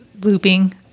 looping